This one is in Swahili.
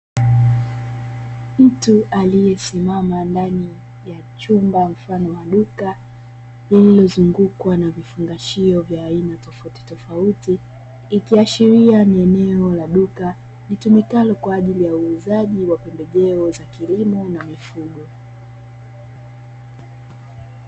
Mtu aliyesimama ndani ya chumba mfano wa duka, lililozungukwa na vifungashio vya aina tofauti tofauti ikiashiria ni eneo la duka litumikalo kwa ajili ya uuzaji wa pembejeo za kilimo pamoja na mifugo.